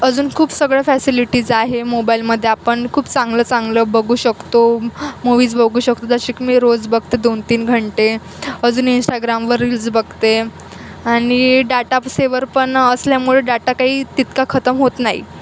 अजून खूप सगळं फॅसिलिटीज आहे मोबाईलमध्ये आपण खूप चांगलं चांगलं बघू शकतो मूवीज बघू शकतो जसे की मी रोज बघते दोन तीन घंटे अजून इन्स्टाग्रामवर रील्स बघते आणि डाटा सेवर पण असल्यामुळे डाटा काही तितका खतम होत नाही